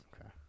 Okay